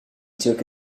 took